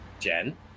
Jen